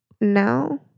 No